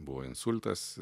buvo insultas